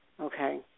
Okay